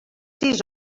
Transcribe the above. sis